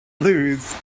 lose